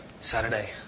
Saturday